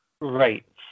Right